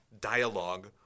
dialogue